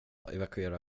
evakuera